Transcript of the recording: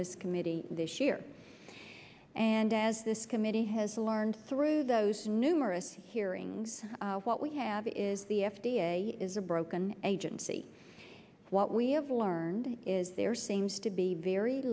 this committee this year and as this committee has learned through those numerous hearings what we have is the f d a is a broken agency what we have learned is there seems to be very